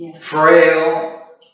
frail